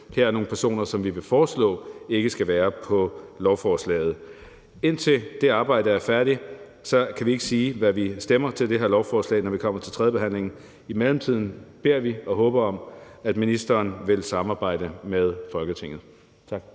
her er nogle personer, som vi vil foreslå ikke skal være på lovforslaget. Indtil det arbejde er færdigt, kan vi ikke sige, hvad vi stemmer til det her lovforslag, når vi kommer til tredjebehandlingen. I mellemtiden beder vi om og håber på, at ministeren vil samarbejde med Folketinget.